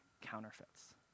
counterfeits